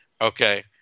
okay